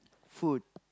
food